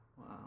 Wow